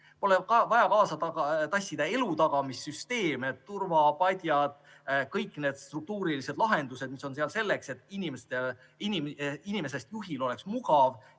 ole vaja kaasa tassida elutagamissüsteeme, näiteks turvapatju, kõiki neid struktuurilisi lahendusi, mis on selleks, et inimesest juhil oleks mugav